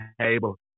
table